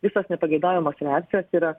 visos nepageidaujamos reakcijos yra